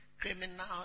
Criminal